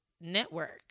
network